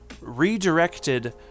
redirected